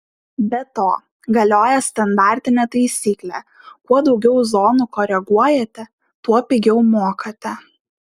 be to galioja standartinė taisyklė kuo daugiau zonų koreguojate tuo pigiau mokate